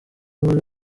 muri